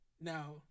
Now